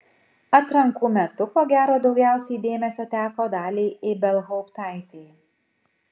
atrankų metų ko gero daugiausiai dėmesio teko daliai ibelhauptaitei